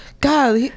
God